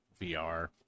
VR